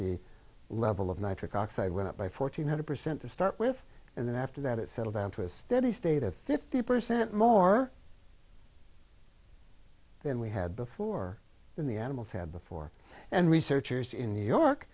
the level of nitric oxide went up by fourteen hundred percent to start with and then after that it settled down to a steady state of fifty percent more than we had before in the animals had before and researchers in new york